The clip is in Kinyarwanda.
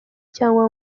cyangwa